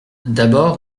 d’abord